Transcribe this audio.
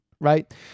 right